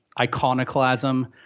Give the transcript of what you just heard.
iconoclasm